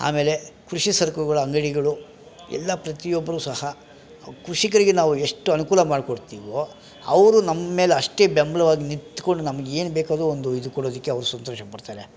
ಆಮೇಲೆ ಕೃಷಿ ಸರಕುಗಳ ಅಂಗಡಿಗಳು ಎಲ್ಲ ಪ್ರತಿಯೊಬ್ಬರು ಸಹ ಕೃಷಿಕರಿಗೆ ನಾವು ಎಷ್ಟು ಅನುಕೂಲ ಮಾಡಿಕೊಡ್ತೀವೋ ಅವರು ನಮ್ಮೇಲೆ ಅಷ್ಟೇ ಬೆಂಬಲವಾಗಿ ನಿಂತ್ಕೊಂಡು ನಮ್ಗೇನು ಬೇಕಾದರು ಒಂದು ಇದು ಕೊಡೋದಿಕ್ಕೆ ಅವ್ರು ಸಂತೋಷಪಡ್ತಾರೆ